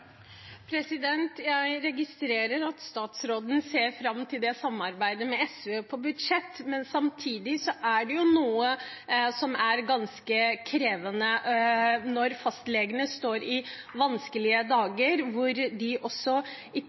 Jeg registrerer at statsråden ser fram til å samarbeide med SV om budsjett, men samtidig er det noe som er ganske krevende, når fastlegene står i vanskelige dager, og de i